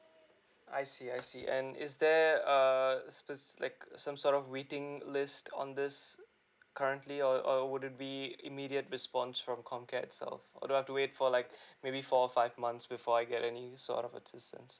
I see I see and is there a speci~ like a some sort of waiting list on this currently or or will it be immediate response from com care itself or do I have to wait for like maybe four or five months before I get any sort of assistance